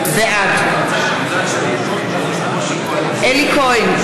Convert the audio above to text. בעד אלי כהן,